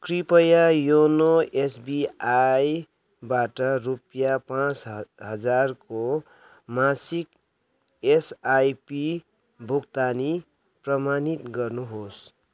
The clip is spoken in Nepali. कृपया योनो एसबिआईबाट रुपैयाँ पाचँ हजारको मासिक एसआइपी भुक्तानी प्रमाणित गर्नुहोस्